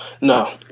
No